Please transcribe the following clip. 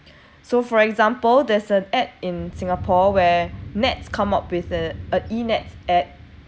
so for example there's an ad in singapore where N_E_T_S come up with a a E N_E_T_S ad